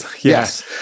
Yes